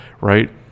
right